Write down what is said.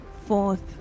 fourth